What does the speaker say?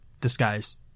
disguise